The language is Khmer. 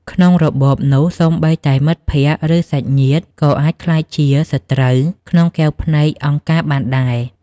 ក្នុងរបបនោះ សូម្បីតែមិត្តភក្តិ ឬសាច់ញាតិ ក៏អាចក្លាយជាសត្រូវក្នុងកែវភ្នែកអង្គការបានដែរ។